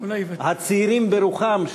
הצעירים ברוחם,